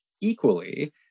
equally